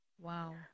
Wow